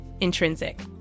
intrinsic